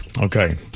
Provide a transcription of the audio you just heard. Okay